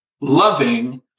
loving